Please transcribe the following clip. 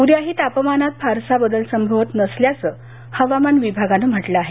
उद्याही तापमानात फारसा बदल संभवत नसल्याचं हवामान विभागानं म्हटलं आहे